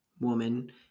woman